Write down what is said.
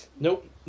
Nope